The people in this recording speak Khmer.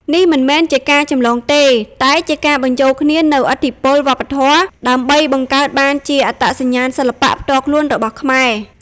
នេះមិនមែនជាការចម្លងទេ តែជាការបញ្ចូលគ្នានូវឥទ្ធិពលវប្បធម៌ដើម្បីបង្កើតបានជាអត្តសញ្ញាណសិល្បៈផ្ទាល់ខ្លួនរបស់ខ្មែរ។